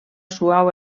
suau